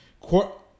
Court